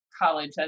college